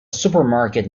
supermarket